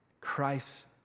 Christ